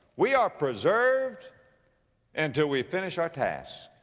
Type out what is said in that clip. we are preserved until we finish our task.